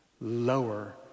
lower